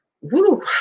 Woo